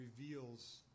reveals